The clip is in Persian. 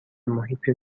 محیط